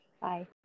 Bye